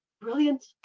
brilliant